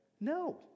No